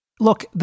Look